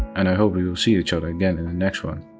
and i hope we will see each other again in the next one.